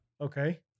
Okay